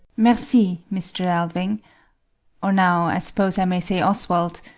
merci, mr. alving or now, i suppose, i may say oswald.